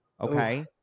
Okay